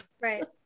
Right